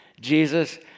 Jesus